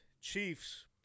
Chiefs